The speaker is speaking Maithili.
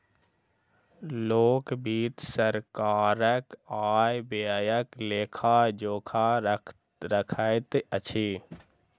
लोक वित्त सरकारक आय व्ययक लेखा जोखा रखैत अछि